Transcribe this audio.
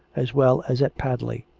as well as at padley.